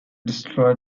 destroy